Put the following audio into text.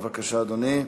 בבקשה, אדוני.